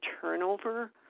turnover